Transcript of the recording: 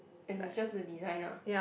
as in it's just the design ah